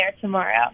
tomorrow